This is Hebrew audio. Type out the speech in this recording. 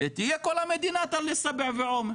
תהיה כל המדינה טל א-סבע ועומר.